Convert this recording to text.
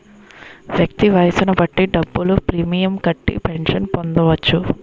వ్యక్తి వయస్సును బట్టి డబ్బులు ప్రీమియం కట్టి పెన్షన్ పొందవచ్చు